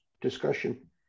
discussion